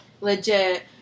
Legit